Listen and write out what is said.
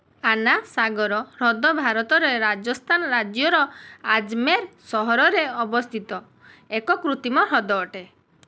ଆନା ସାଗର ହ୍ରଦ ଭାରତର ରାଜସ୍ଥାନ ରାଜ୍ୟର ଆଜ୍ମେର୍ ସହରରେ ଅବସ୍ଥିତ ଏକ କୃତିମ ହ୍ରଦ ଅଟେ